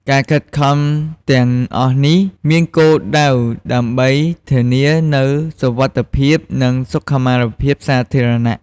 ការខិតខំទាំងអស់នេះមានគោលដៅដើម្បីធានានូវសុវត្ថិភាពនិងសុខុមាលភាព សាធារណៈ។